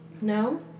No